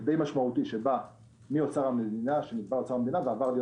די משמעותי שבא מאוצר המדינה ועבר להיות